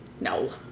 No